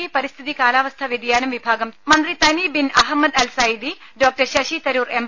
E പരിസ്ഥിതി കാലാവസ്ഥ വ്യതിയാനം വിഭാഗം മന്ത്രി Thani bin Ahmed Al Zeyoudi doctor Shashi Tharoor M